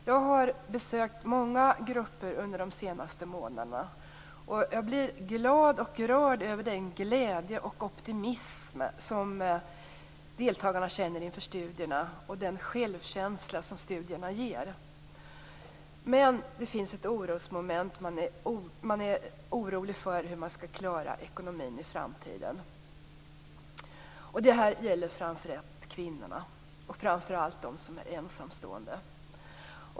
Jag har besökt många grupper under de senaste månaderna, och jag blir glad och rörd över den glädje och optimism som deltagarna känner inför studierna och den självkänsla som studierna ger dem. Men det finns ett orosmoment - man är orolig för hur man skall klara ekonomin i framtiden. Det gäller framför allt kvinnorna, speciellt de som är ensamstående.